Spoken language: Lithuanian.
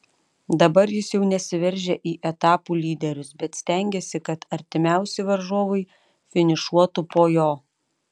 dabar jis jau nesiveržia į etapų lyderius bet stengiasi kad artimiausi varžovai finišuotų po jo